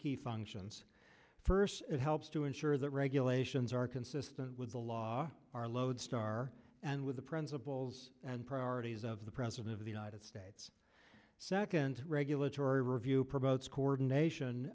key functions first it helps to ensure that regulations are consistent with the law are lodestar and with the principles and priorities of the president of the united states second regulatory review promotes coordination